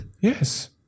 Yes